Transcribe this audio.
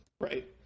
right